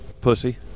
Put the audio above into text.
Pussy